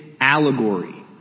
allegory